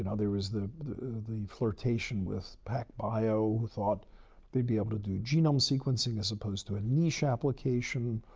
and there was the the flirtation with pacbio, who thought they'd be able to do genome sequencing as opposed to a niche application.